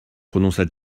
prononça